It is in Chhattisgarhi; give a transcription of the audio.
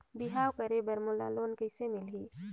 बिहाव करे बर मोला लोन कइसे मिलही?